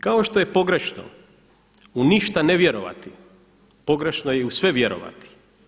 Kao što je pogrešno u ništa ne vjerovati pogrešno je i u sve vjerovati.